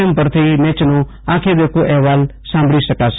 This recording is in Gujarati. એમ પરથી મેચનો આંખે દેખ્યો અહેવાલ સાંભળી શકાશે